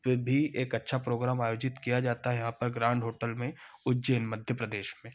पर भी एक अच्छा प्रोग्राम आयोजित किया जाता है यहाँ पर ग्रांड होटल में उज्जैन मध्य प्रदेश में